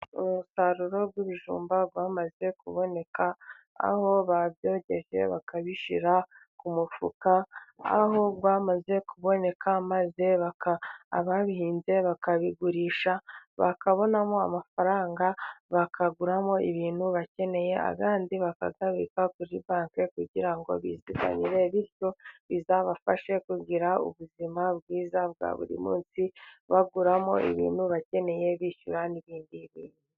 Umusaruro w'ibijumba wamaze kuboneka aho babyogeje bakabishyira ku mufuka, aho bamaze kuboneka maze ababihinze bakabigurisha, bakabonamo amafaranga bakaguramo ibintu bakeneye ayakandi bakayabika kuri banki, kugira ngo bizigabire, bityo bizabafashe kugira ubuzima bwiza bwa buri munsi, baguramo ibintu bakeneye bishyura n'ibindi.